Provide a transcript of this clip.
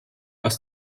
aus